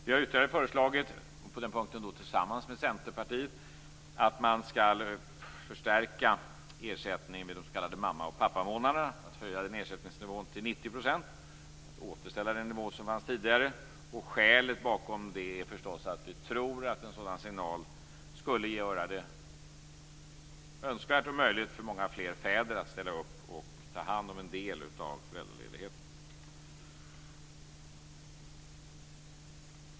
Vi har tillsammans med Centerpartiet också föreslagit att man skall höja ersättningsnivån vid de s.k. mamma och pappamånaderna till 90 %, dvs. att återställa den nivå som gällde tidigare. Skälet bakom detta är naturligtvis att vi tror att en sådan signal skulle göra det möjligt och önskvärt för många fäder att ställa upp och ta ut en del av föräldraledigheten.